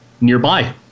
nearby